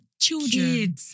children